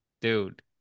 dude